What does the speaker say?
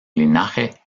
linaje